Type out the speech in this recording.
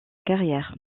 carrière